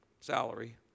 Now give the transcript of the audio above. salary